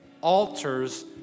altars